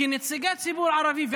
כנציגי הציבור הערבי,